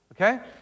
okay